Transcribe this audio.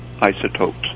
isotopes